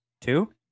Two